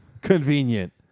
Convenient